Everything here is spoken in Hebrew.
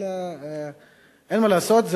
אבל אין מה לעשות,